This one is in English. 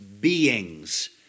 beings